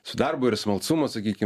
su darbo ir smalsumo sakykim